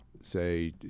say